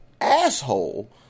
asshole